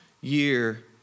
year